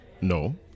No